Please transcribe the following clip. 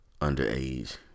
Underage